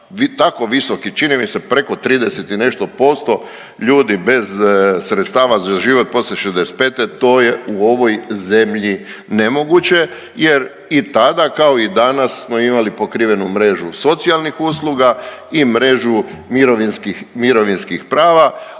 tako visoki, čini mi se preko 30 i nešto posto ljudi bez sredstava za život poslije 65 to je u ovoj zemlji nemoguće jer i tada kao i danas smo imali pokrivenu mrežu socijalnih usluga i mrežu mirovinskih prava,